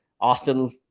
Austin